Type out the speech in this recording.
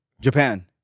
Japan